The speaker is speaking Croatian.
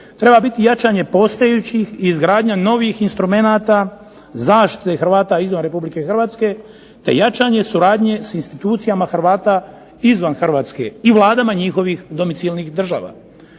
treba biti jačanje postojećih i izgradnja novih instrumenata zaštite Hrvata izvan Republike Hrvatske te jačanje suradnje s institucijama Hrvata izvan Hrvatske i vladama njihovih domicilnih država.